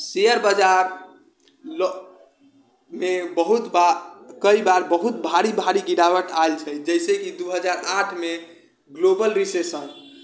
share बाजार लोकमे बहुत बा कइ बार बहुत भारी भारी गिरावट आएल छै जाहिसँ कि दू हजार आठमे ग्लोबल रिसेशन